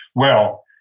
well,